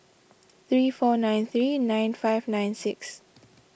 three four five three nine five nine six